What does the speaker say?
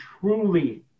truly